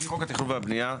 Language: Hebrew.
לפי חוק התכנון והבנייה,